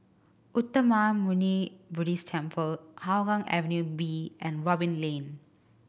Uttamayanmuni Buddhist Temple Hougang Avenue B and Robin Lane